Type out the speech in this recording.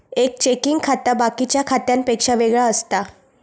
एक चेकिंग खाता बाकिच्या खात्यांपेक्षा वेगळा असता